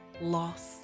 loss